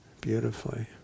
beautifully